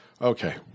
Okay